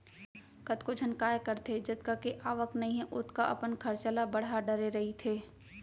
कतको झन काय करथे जतका के आवक नइ हे ओतका अपन खरचा ल बड़हा डरे रहिथे